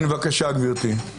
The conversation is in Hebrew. כן, בבקשה גברתי.